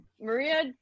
Maria